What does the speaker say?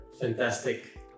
Fantastic